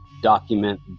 document